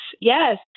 Yes